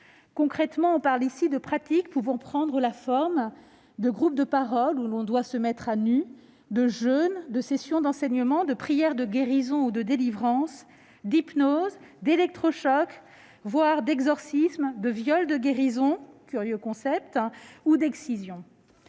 Concrètement, on parle ici de pratiques pouvant prendre la forme de groupes de parole où l'on doit se mettre à nu, de jeûnes, de sessions d'enseignement, de prières de guérison ou de délivrance, d'hypnose, d'électrochocs, voire d'exorcismes, de « viols de guérison »- curieux concept -, ou d'excision.